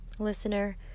Listener